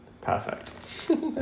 Perfect